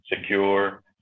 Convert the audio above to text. secure